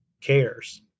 cares